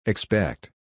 Expect